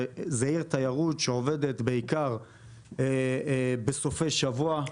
זו עיר תיירות שעובדת בעיקר בסופי שבוע,